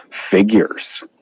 figures